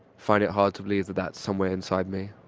find it hard to believe that that's somewhere inside me.